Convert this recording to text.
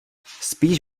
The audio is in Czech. spíš